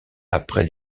après